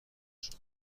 شدم